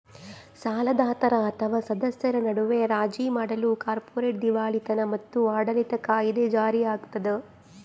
ಸಾಲದಾತರ ಅಥವಾ ಸದಸ್ಯರ ನಡುವೆ ರಾಜಿ ಮಾಡಲು ಕಾರ್ಪೊರೇಟ್ ದಿವಾಳಿತನ ಮತ್ತು ಆಡಳಿತ ಕಾಯಿದೆ ಜಾರಿಯಾಗ್ತದ